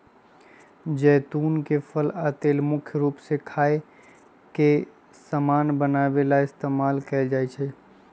जैतुन के फल आ तेल मुख्य रूप से खाए के समान बनावे ला इस्तेमाल कएल जाई छई